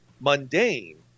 mundane